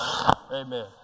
Amen